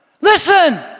Listen